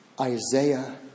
Isaiah